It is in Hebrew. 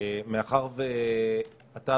מאחר ואתה,